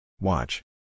Watch